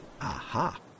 aha